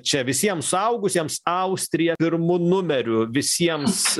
čia visiems suaugusiems austrija pirmu numeriu visiems